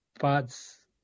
paths